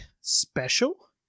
special